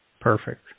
Perfect